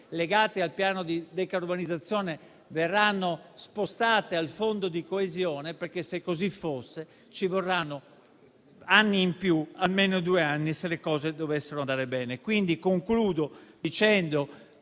legate al piano di decarbonizzazione verranno spostate al fondo di coesione, perché, se così fosse, ci vorranno anni in più, almeno due, se le cose dovessero andare bene. Concludo dicendo